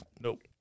Nope